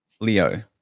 Leo